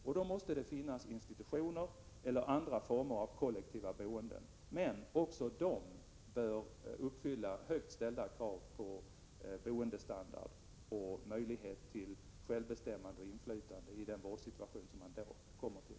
Därvid måste det finnas institutioner eller andra former av kollektivt boende, vilka också de bör uppfylla högt ställda krav på boendestandard och ge möjlighet till självbestämmande och inflytande i den vårdsituation som man då kommer till.